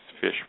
fish